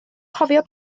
cofio